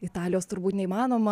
italijos turbūt neįmanoma